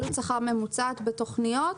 עלות שכר ממוצעת בתוכניות.